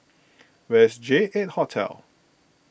where is J eight Hotel